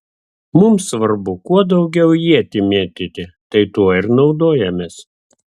mums svarbu kuo daugiau ietį mėtyti tai tuo ir naudojamės